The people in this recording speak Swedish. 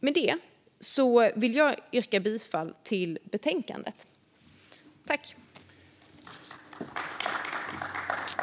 Med detta vill jag yrka bifall till utskottets förslag.